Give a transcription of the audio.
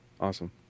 Awesome